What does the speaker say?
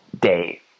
day